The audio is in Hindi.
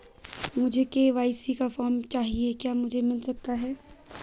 मुझे के.वाई.सी का फॉर्म चाहिए क्या मुझे मिल सकता है?